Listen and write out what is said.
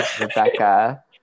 Rebecca